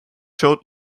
showed